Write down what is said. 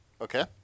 Okay